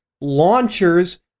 launchers